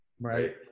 right